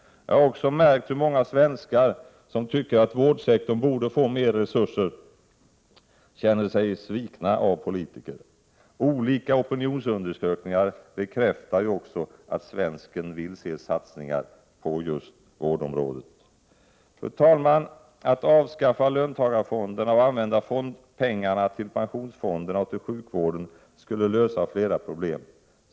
Jag har också märkt att många svenskar som tycker att vårdsektorn borde få mer resurser känner sig svikna av politiker. Olika opinionsundersökningar bekräftar också att svenskar vill se satsningar på just vårdområdet. Fru talman! Att avskaffa löntagarfonderna och använda fondpengarna till pensionsfonderna och till sjukvården skulle lösa flera problem.